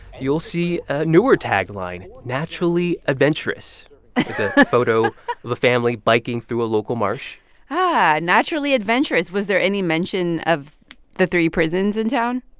you'll see a newer tagline naturally adventurous with a photo of a family biking through a local marsh and naturally adventurous. was there any mention of the three prisons in town?